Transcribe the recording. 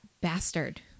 bastard